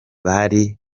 bari